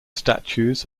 statutes